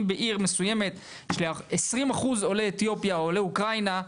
אם בעיר יש 20% עולי אתיופיה או עולי אוקראינה,